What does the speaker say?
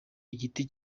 igiti